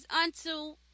unto